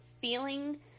feeling